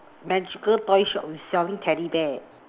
magical toy shop is selling teddy bear